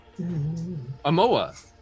Amoa